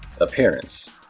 appearance